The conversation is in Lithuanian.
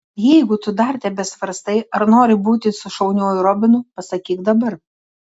jeigu tu dar tebesvarstai ar nori būti su šauniuoju robinu pasakyk dabar